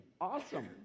Awesome